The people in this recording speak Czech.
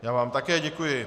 Já vám také děkuji.